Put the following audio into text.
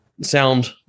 sound